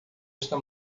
esta